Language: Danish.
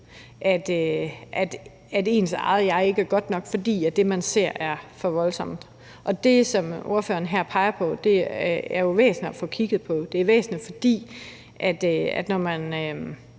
at ens eget jeg ikke er godt nok, for det, man ser, er for voldsomt. Det, som ordføreren her peger på, er jo væsentligt at få kigget på. Det er væsentligt, for når man